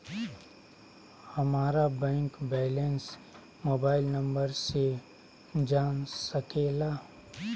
हमारा bank balance mobile number से जान सके ला?